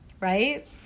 Right